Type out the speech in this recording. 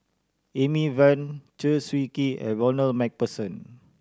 Amy Van Chew Swee Kee and Ronald Macpherson